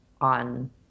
on